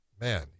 man